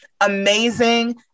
amazing